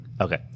Okay